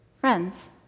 Friends